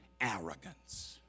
arrogance